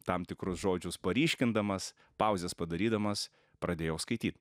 tam tikrus žodžius paryškindamas pauzes padarydamas pradėjau skaityt